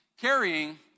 carrying